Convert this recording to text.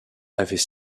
avait